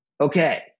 okay